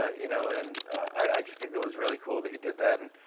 ah you know and i just think it was really cool that you did that. and